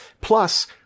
Plus